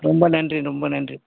ரொம்ப நன்றி ரொம்ப நன்றி